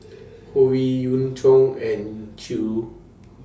Howe Yoon Chong and Chew